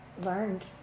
learned